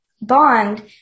bond